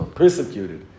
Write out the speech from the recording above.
persecuted